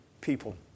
people